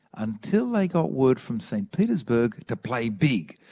until they got word from st petersburg to play big.